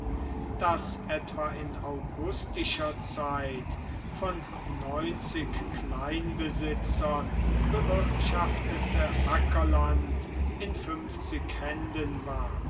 das etwa in augustischer zeit von neunzig kleinbesitzer bewirtschaftete ackerland in fünfzig händen war